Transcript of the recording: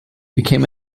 became